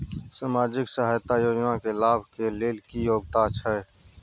सामाजिक सहायता योजना के लाभ के लेल की योग्यता छै?